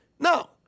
No